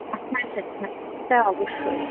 হ্যাঁ হ্যাঁ হ্যাঁ সেটা অবশ্যই